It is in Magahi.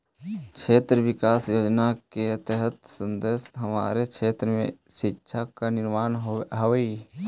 क्षेत्र विकास योजना के तहत संसद हमारे क्षेत्र में शिक्षा का निर्माण होलई